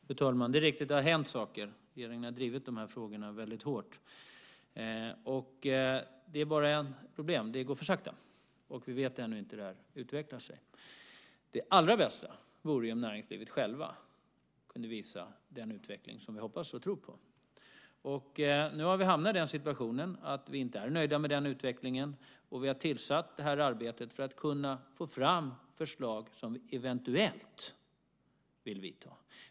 Fru talman! Det är riktigt att det har hänt saker. Regeringen har drivit de här frågorna väldigt hårt. Det är bara ett problem: Det går för sakta, och vi vet ännu inte hur det här utvecklar sig. Det allra bästa vore ju om näringslivet självt kunde visa den utveckling som vi hoppas och tror på. Nu har vi hamnat i den situationen att vi inte är nöjda med utvecklingen. Vi har inlett det här arbetet för att kunna få fram förslag till åtgärder som vi eventuellt vill vidta.